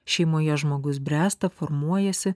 šeimoje žmogus bręsta formuojasi